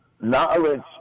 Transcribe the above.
knowledge